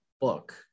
book